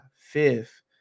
Fifth